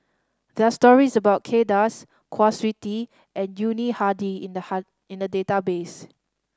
there are stories about Kay Das Kwa Siew Tee and Yuni Hadi in the in the database